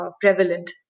prevalent